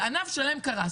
וענף שלם קרס.